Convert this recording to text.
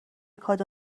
کادو